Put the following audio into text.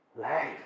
life